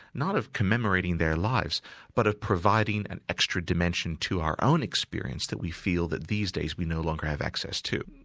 not of commemorating their lives but of providing an extra dimension to our own experience that we feel that these days we no longer have access to.